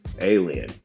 Alien